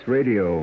Radio